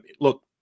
Look